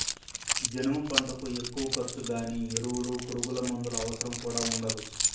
జనుము పంటకు ఎక్కువ ఖర్చు గానీ ఎరువులు పురుగుమందుల అవసరం కూడా ఉండదు